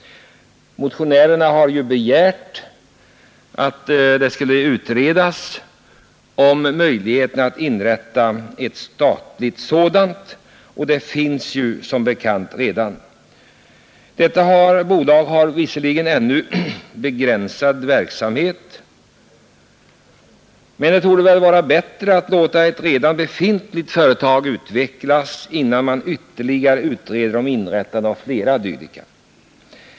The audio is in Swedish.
Motionärerna har ju begärt att möjligheterna att inrätta statliga flygbolag skulle utredas. Det finns redan ett sådant. Detta bolag har visserligen ännu en begränsad verksamhet, men det torde väl vara bättre att låta ett redan befintligt företag utvecklas, innan man ytterligare utreder om inrättande av flera dylika.